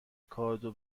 کادو